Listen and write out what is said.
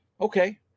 okay